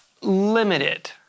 limited